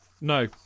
No